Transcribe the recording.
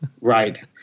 Right